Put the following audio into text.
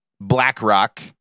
BlackRock